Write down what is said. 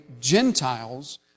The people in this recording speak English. Gentiles